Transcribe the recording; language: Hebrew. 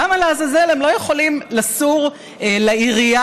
למה לעזאזל הם לא יכולים לסור לעירייה